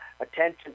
attention